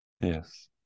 Yes